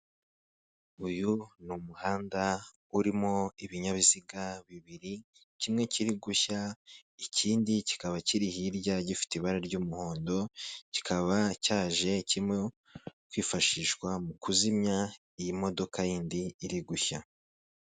Uyu ni umuhanda urimo ibinyabiziga bibiri kimwe kiri gushya ikindi kikaba kiri hirya gifite ibara ry'umuhondo, kikaba cyaje kirimo kwifashishwa mu kuzimya iyi modoka yindi iri gushya.